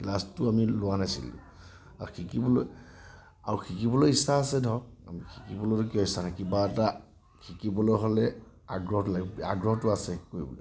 ক্লাছটো আমি লোৱা নাছিলোঁ আৰু শিকিবলৈ আৰু শিকিবলৈ ইচ্ছা আছে ধৰক শিকিবলৈনো কিয় ইচ্ছা নাথাকিব কিবা এটা শিকিবলৈ হ'লে আগ্ৰহটো লাগিব আগ্ৰহটো আছে কৰিবলৈ